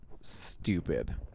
stupid